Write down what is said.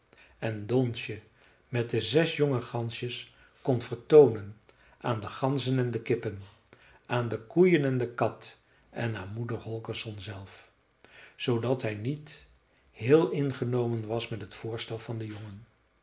en donsje met de zes jonge gansjes kon vertoonen aan de ganzen en de kippen aan de koeien en de kat en aan moeder holgersson zelf zoodat hij niet heel ingenomen was met het voorstel van den jongen